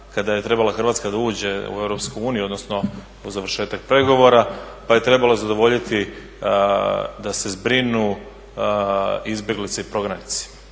kada je trebala Hrvatska ući u EU odnosno po završetku pregovora, pa je trebalo zadovoljiti da se zbrinu izbjeglice i prognanici,